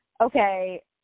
okay